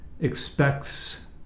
expects